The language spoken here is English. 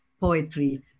poetry